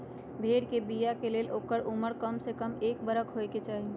भेड़ कें बियाय के लेल ओकर उमर कमसे कम एक बरख होयके चाही